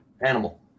animal